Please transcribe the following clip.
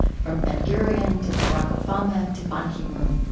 from ben-gurion to barack obama to ban ki moon.